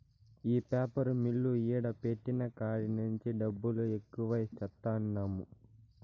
ఈ paper mill ఈడ పెట్టిన కాడి నుంచే జబ్బులు ఎక్కువై చత్తన్నాము